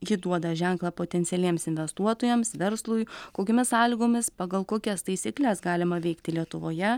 ji duoda ženklą potencialiems investuotojams verslui kokiomis sąlygomis pagal kokias taisykles galima veikti lietuvoje